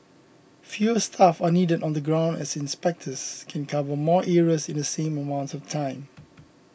fewer staff are needed on the ground as inspectors can cover more areas in the same amount of time